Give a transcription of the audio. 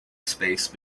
space